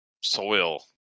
soil